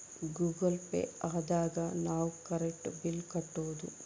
Google Pay ದಾಗ ನಾವ್ current bill ಕಟ್ಟೋದು